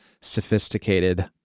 sophisticated